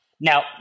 Now